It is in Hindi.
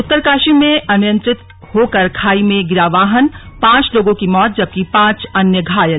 उत्तरकाशी में अनियंत्रित होकर खाई में गिरा वाहनपांच लोगों की मौत जबकि पांच अन्य घायल